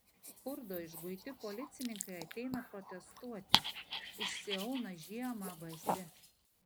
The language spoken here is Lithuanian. skurdo išguiti policininkai ateina protestuoti išsiauna žiemą basi